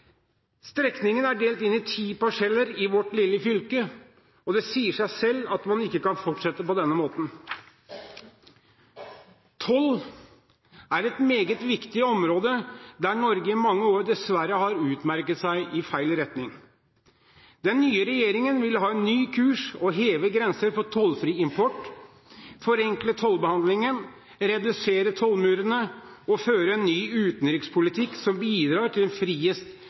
Strekningen er delt inn i ti parseller i vårt lille fylke, og det sier seg selv at man ikke kan fortsette på denne måten. Toll er et meget viktig område der Norge i mange år dessverre har utmerket seg i feil retning. Den nye regjeringen vil ha en ny kurs og heve grenser for tollfri import, forenkle tollbehandlingen, redusere tollmurene og føre en ny utenrikspolitikk som bidrar til friest